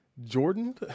Jordan